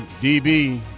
DB